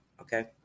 Okay